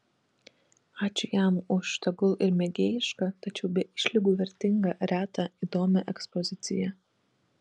ačiū jam už tegul ir mėgėjišką tačiau be išlygų vertingą retą įdomią ekspoziciją